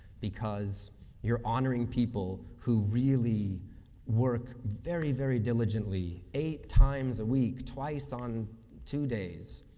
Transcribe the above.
because you're honoring people who really work very, very diligently, eight times a week, twice on two days,